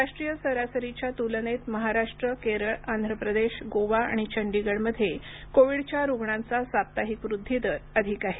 राष्ट्रीय सरासरीच्या तुलनेत महाराष्ट्र केरळ आंध्र प्रदेश गोवा आणि चंडीगढमध्ये कोविडच्या रुग्णांचा साप्ताहिक वृद्धि दर अधिक आहे